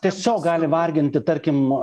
tiesiog gali varginti tarkim